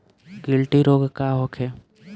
गिलटी रोग का होखे?